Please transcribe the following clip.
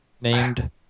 named